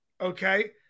Okay